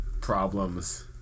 problems